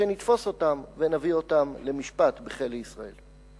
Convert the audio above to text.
כשנתפוס אותם ונביא אותם למשפט ולכלא בישראל.